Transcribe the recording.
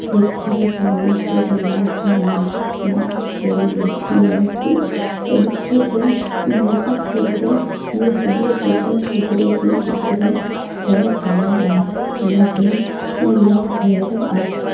ॾेखारियो त उन्हनि खे बि इलाही पियो वणे मां अकेली वेठी हुयसि त ॾिठो त महसूसु कयो त इहो सॼो चित्र कुदरती चित्र ठहियो पियो आहे हुनजे में इलाही गहिरो अर्थ